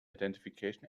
identification